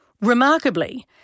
remarkably